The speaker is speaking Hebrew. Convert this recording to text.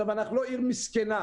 אנחנו לא עיר מסכנה.